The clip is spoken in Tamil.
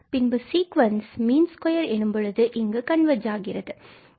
பின்பும் சீக்குவன்ஸ் மீன் ஸ்கொயர் எனும்பொழுது இங்கு கன்வர்ஜ் ஆகும்